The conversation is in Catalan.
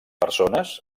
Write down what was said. persones